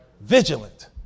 Vigilant